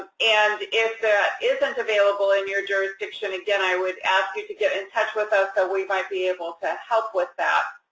ah and if that isn't available in your jurisdiction, again i would ask you to get in touch with us, so we might be able to help with that.